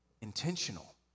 intentional